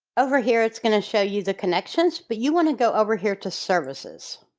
over here, it's going to show you the connections but you want to go over here to services.